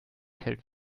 hält